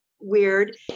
weird